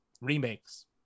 remakes